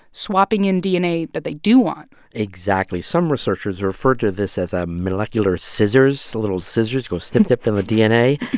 swapping in dna that they do want exactly. some researchers refer to this as a molecular scissors. little scissors go snip-snip through the ah dna,